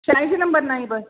शहाऐंशी नंबर ना ही बस